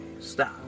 Stop